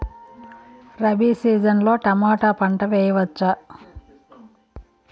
Rabi season లో tomato పంట వేయవచ్చా?